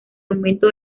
aumento